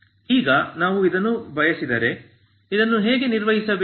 ಈಗ ನಾವು ಇದನ್ನು ಬಯಸಿದರೆ ಇದನ್ನು ಹೀಗೆ ನಿರ್ಮಿಸಬೇಕು